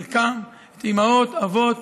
חלקן, את האימהות, האבות,